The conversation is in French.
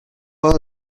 pas